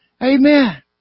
Amen